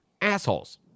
assholes